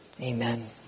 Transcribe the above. Amen